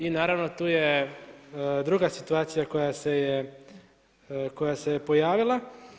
I naravno tu je druga situacija koja se je pojavila.